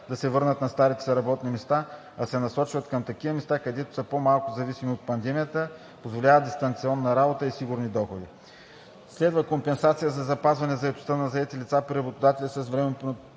да се върнат на старите си работни места, а се насочват към такива места, които са по-малко зависими от пандемията, позволяват дистанционна работа и сигурни доходи. 2. Компенсации за запазване заетостта на наети лица при работодатели с временно